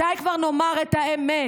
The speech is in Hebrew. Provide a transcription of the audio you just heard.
מתי כבר נאמר את האמת?